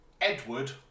Edward